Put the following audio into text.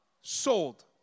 Sold